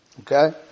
Okay